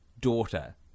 daughter